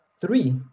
three